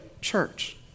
church